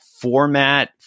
format